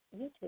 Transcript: YouTube